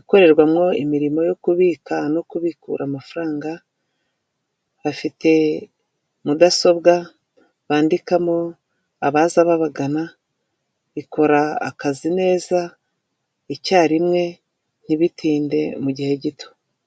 ikorerwamo imirimo yo kubika no kubiku amafaranga, bafite mudasobwa bandikamo abaza babagana, ikora akazi neza icyarimwe ntibitinde mu gihe gito.